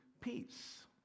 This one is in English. peace